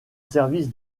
service